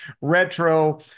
Retro